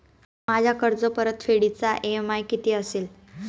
माझ्या कर्जपरतफेडीचा इ.एम.आय किती असेल?